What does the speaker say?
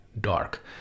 dark